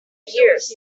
years